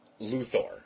Luthor